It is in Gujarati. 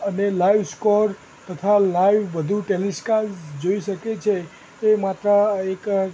અને લાઈવ સ્કોર તથા લાઈવ વધુ ટૅલીકાસ્ટ જોઈ શકે છે એ માત્ર એક